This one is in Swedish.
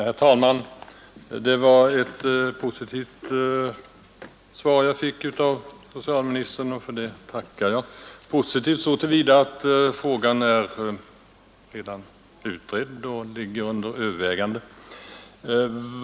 Herr talman! Det var ett positivt svar jag fick av socialministern — och för det tackar jag — så till vida att frågan redan blivit utredd och är under övervägande.